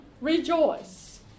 rejoice